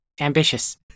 ambitious